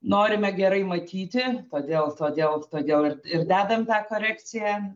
norime gerai matyti todėl todėl todėl ir dedam tą korekciją